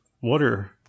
water